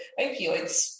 opioids